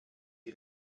die